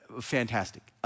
fantastic